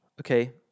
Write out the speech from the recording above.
okay